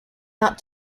out